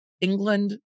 England